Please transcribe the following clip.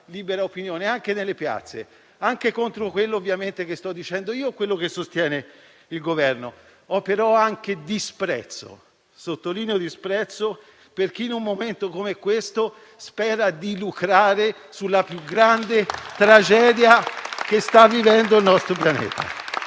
libera opinione, anche nelle piazze, anche contro quello che sto dicendo io, ovviamente, o quello che sostiene il Governo. Ho, però, anche disprezzo - e sottolineo questo termine - per chi, in un momento come questo, spera di lucrare sulla più grande tragedia che sta vivendo il nostro Pianeta.